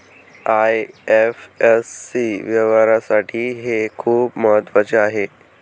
IFSC व्यवहारासाठी हे खूप महत्वाचे आहे